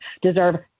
deserve